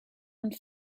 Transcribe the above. und